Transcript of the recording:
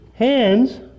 Hands